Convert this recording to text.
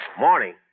Morning